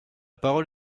parole